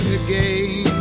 again